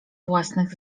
własnych